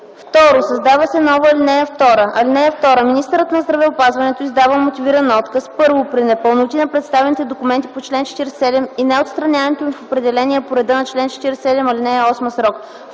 2. Създава се нова ал. 2: „(2) Министърът на здравеопазването издава мотивиран отказ: 1. при непълноти на представените документи по чл. 47 и неотстраняването им в определения по реда на чл. 47, ал. 8 срок;